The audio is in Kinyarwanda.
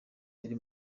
yari